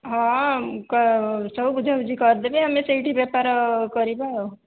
ହଁ ସବୁ ବୁଝା ବୁଝି କରିଦେବେ ଆମେ ସେଇଠି ବେପାର କରିବା ଆଉ